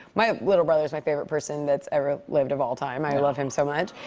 my little brother is my favorite person that's ever lived of all time. i love him so much.